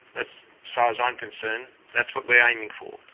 that's as far as i'm concerned. that's what we're aiming for.